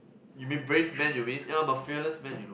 you'll be brave man you mean ya I'm a fearless man you know